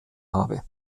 habe